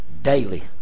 Daily